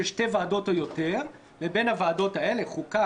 שתי ועדות או יותר מבין הוועדות האלה: חוקה,